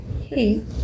Hey